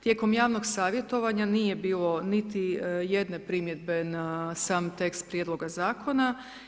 Tijekom javnog savjetovanja nije bilo niti jedne primjedbe na sam tekst prijedloga zakona.